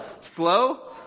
slow